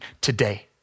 today